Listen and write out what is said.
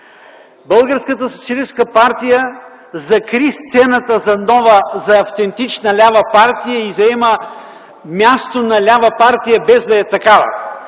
партия закри сцената за нова, за автентична лява партия и заема място на лява партия без да е такава.